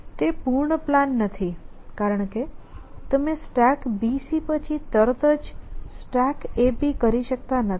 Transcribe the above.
તે પૂર્ણ પ્લાન નથી કારણ કે તમે StackBC પછી તરત જ StackAB કરી શકતા નથી